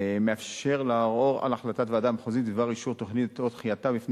מאפשר לערור על החלטות ועדה מחוזית בדבר אישור תוכנית או דחייתה בפני